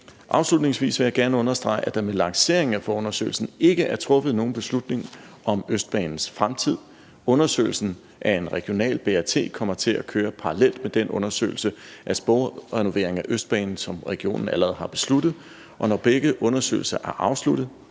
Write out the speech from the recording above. Afslutningsvis vil jeg gerne understrege, at der med lanceringen af forundersøgelsen ikke er truffet nogen beslutning om Østbanens fremtid. Undersøgelsen af en regional BRT kommer til at køre parallelt med den undersøgelse af sporrenovering af Østbanen, som regionen allerede har besluttet at lave, og når begge undersøgelser er afsluttet,